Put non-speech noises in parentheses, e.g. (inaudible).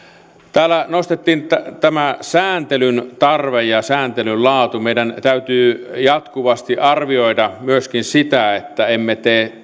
täällä nostettiin sääntelyn tarve ja sääntelyn laatu meidän täytyy jatkuvasti arvioida sitä että emme tee (unintelligible)